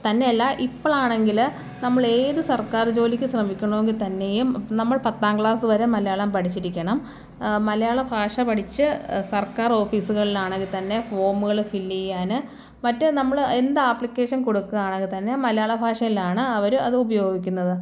തന്നെയല്ലാ ഇപ്പോഴാണെങ്കിൽ നമ്മൾ ഏത് സർക്കാർ ജോലിക്ക് ശ്രമിക്കണോങ്കിലും തന്നെയും നമ്മൾ പത്താം ക്ലാസ് വരെ മലയാളം പഠിച്ചിരിക്കണം മലയാളം ഭാഷ പഠിച്ച് സർക്കാർ ഓഫീസുകളിലാണെങ്കിൽ തന്നെ ഫോമുകൾ ഫിൽ ചെയ്യാൻ മറ്റ് നമ്മൾ എന്ത് ആപ്ലിക്കേഷൻ കൊടുക്കാനാണെങ്കിലും തന്നെ മലയാള ഭാഷയിലാണ് അവര് അത് ഉപയോഗിക്കുന്നത്